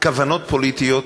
כוונות פוליטיות,